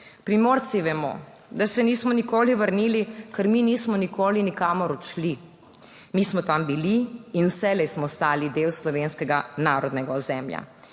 Primorci vemo, da se nismo nikoli vrnili, ker mi nismo nikoli nikamor odšli. Mi smo tam bili in vselej smo ostali del slovenskega narodnega ozemlja.